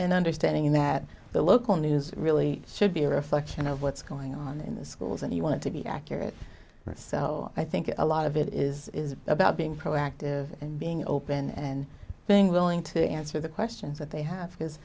an understanding that the local news really should be a reflection of what's going on in the schools and you want to be accurate so i think a lot of it is about being proactive and being open and being willing to answer the questions that they have because